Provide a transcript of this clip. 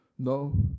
No